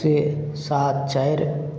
से सात चारि